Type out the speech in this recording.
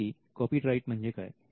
जसे की कॉपीराइट म्हणजे काय